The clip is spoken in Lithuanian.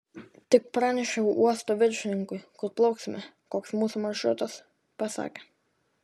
tik pranešiau uosto viršininkui kur plauksime koks mūsų maršrutas pasakė